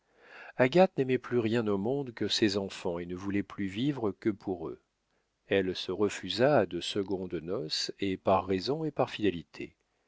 agathe n'aimait plus rien au monde que ses enfants et ne voulait plus vivre que pour eux elle se refusa à de secondes noces et par raison et par